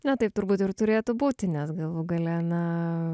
na taip turbūt ir turėtų būti nes galų gale na